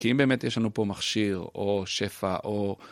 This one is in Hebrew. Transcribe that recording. כי אם באמת יש לנו פה מכשיר או שפע או...